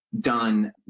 done